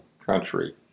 country